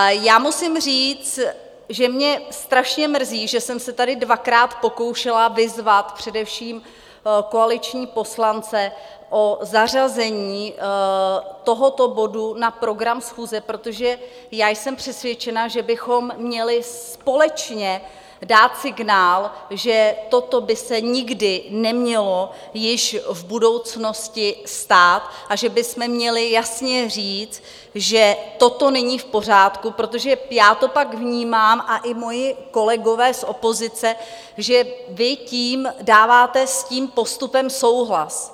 Já musím říct, že mě strašně mrzí, že jsem se tady dvakrát pokoušela vyzvat především koaliční poslance o zařazení tohoto bodu na program schůze, protože já jsem přesvědčena, že bychom měli společně dát signál, že toto by se nikdy nemělo již v budoucnosti stát a že bychom měli jasně říct, že toto není v pořádku, protože já to pak vnímám, a i moji kolegové z opozice, že vy tím dáváte s tím postupem souhlas.